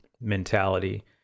mentality